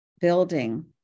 building